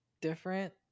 different